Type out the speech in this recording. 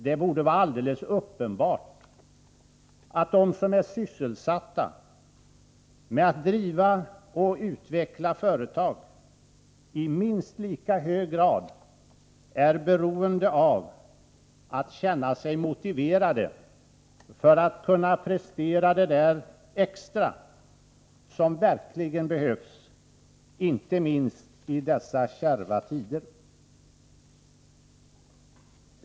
Det borde vara alldeles uppenbart att de som är sysselsatta med att driva och utveckla företag i minst lika hög grad är beroende av att känna sig motiverade för att kunna prestera det där extra som verkligen behövs — inte minst i dessa kärva tider.